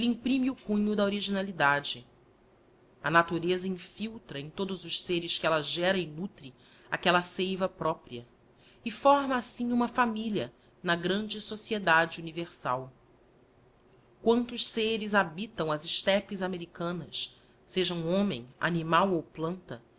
imprime o cunho da originalidade a jiatureza infiltra em todos os seres que ella gera e nutre aquella seiva própria e forma assim uma familia na grande sociedade universal quantos seres habitam as estepes americanas sejam homem animal ou planta